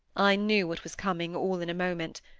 i knew what was coming, all in a moment.